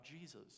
Jesus